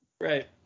Right